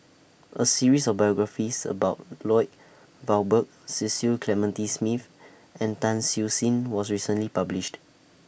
A series of biographies about Lloyd Valberg Cecil Clementi Smith and Tan Siew Sin was recently published